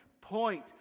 point